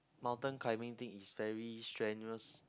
mountain climbing thing is very strenuous